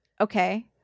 okay